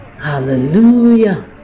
Hallelujah